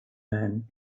man